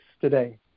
today